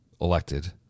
elected